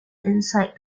inside